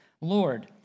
Lord